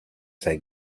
say